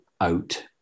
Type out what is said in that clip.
out